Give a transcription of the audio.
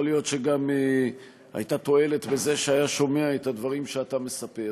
גם יכול להיות שהייתה תועלת בזה שהוא היה שומע את הדברים שאתה מספר,